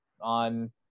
on